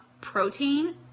protein